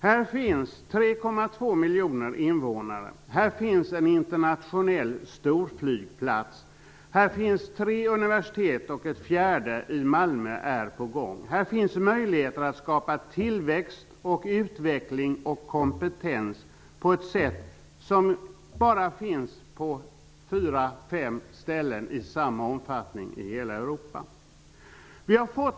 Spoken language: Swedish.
Här finns 3,2 miljoner invånare, en internationell storflygplats samt tre universitet och ett fjärde på gång i Malmö. Här finns möjligheter att skapa tillväxt, utveckling och kompetens i sådan omfattning som bara finns på fyra fem ställen i hela Europa.